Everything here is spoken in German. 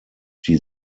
die